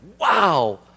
wow